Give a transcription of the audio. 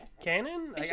canon